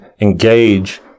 engage